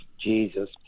Jesus